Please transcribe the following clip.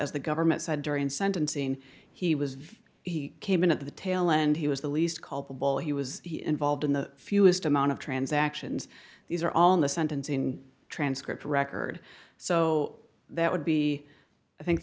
as the government said during sentencing he was he came in at the tail end he was the least culpable he was involved in the fewest amount of transactions these are all in the sentencing transcript record so that would be i think